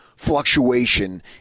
fluctuation